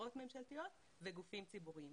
חברות ממשלתיות וגופים ציבוריים.